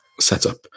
setup